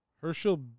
Herschel